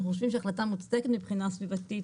אנחנו חושבים שזאת החלטה מוצדקת מבחינה סביבתית.